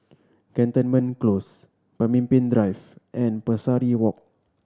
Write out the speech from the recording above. Cantonment Close Pemimpin Drive and Pesari Walk